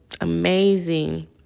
amazing